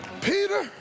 Peter